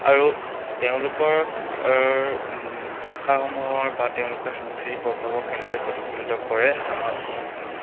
আৰু তেওঁলোকৰ ভাষাসমূহৰ বা তেওঁলোকৰ সাংস্কৃতিক প্ৰভাৱক কেন্দ্ৰ প্ৰতিফলিত কৰে আমাৰ অসমখনক